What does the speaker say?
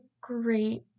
great